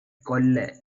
கொல்ல